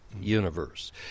Universe